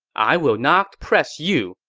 i will not press you.